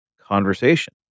conversation